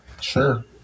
Sure